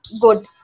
good